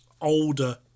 older